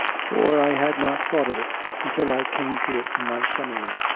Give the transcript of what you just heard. for i had not thought of it until i came to it in my summary.